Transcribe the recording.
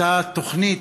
אותה תוכנית,